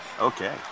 Okay